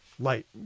light